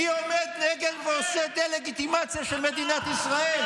מי עומד נגד ועושה דה-לגיטימציה של מדינת ישראל?